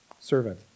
servant